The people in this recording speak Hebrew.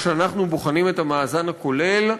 כשאנחנו בוחנים את המאזן הכולל,